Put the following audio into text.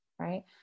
right